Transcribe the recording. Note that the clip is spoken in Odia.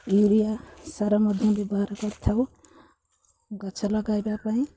ୟୁରିଆ ସାର ମଧ୍ୟ ବ୍ୟବହାର କରିଥାଉ ଗଛ ଲଗାଇବା ପାଇଁ